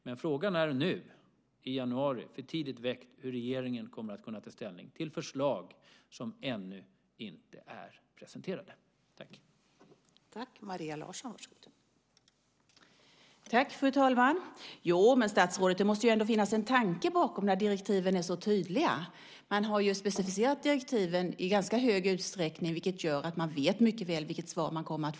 Men frågan om hur regeringen kommer att ta ställning till förslag som ännu inte är presenterade är nu, i januari, för tidigt väckt.